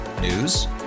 News